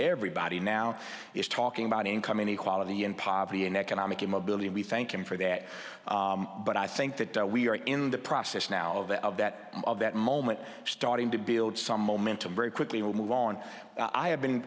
everybody now is talking about income inequality and poverty and economic mobility we thank him for that but i think that we are in the process now of the of that of that moment starting to build some momentum very quickly will move on i have been